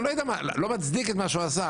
ואני לא מצדיק את מה שהוא עשה,